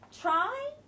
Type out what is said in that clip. try